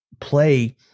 play